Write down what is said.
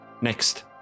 Next